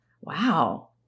Wow